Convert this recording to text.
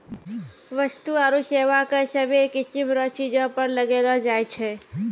वस्तु आरू सेवा कर सभ्भे किसीम रो चीजो पर लगैलो जाय छै